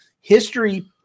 History –